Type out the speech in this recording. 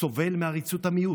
סובל מעריצות המיעוט,